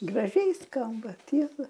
gražiai skamba tiesa